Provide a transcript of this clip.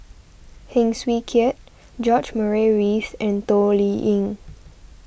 Heng Swee Keat George Murray Reith and Toh Liying